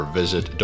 visit